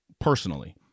personally